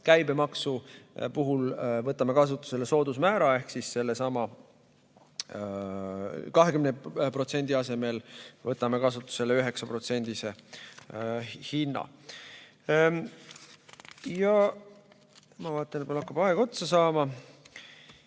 käibemaksu puhul võtame kasutusele soodusmäära ehk sellesama 20% asemel võtame kasutusele 9%. Ma vaatan, et mul hakkab aeg otsa saama.